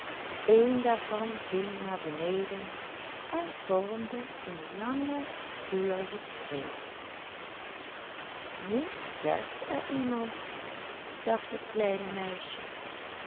een daarvan viel naar beneden en vormde een lange vurige streek nu sterft er iemand dacht het kleine meisje